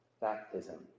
Baptism